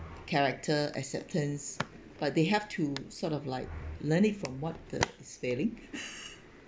character acceptance but they have to sort of like learn it from what the is failing